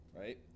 right